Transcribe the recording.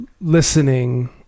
listening